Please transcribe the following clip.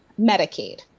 Medicaid